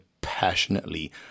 passionately